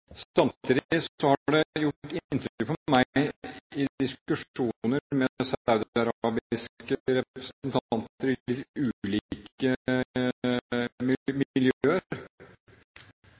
Samtidig har det gjort inntrykk på meg i diskusjoner med saudiarabiske representanter i litt ulike miljøer